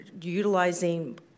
utilizing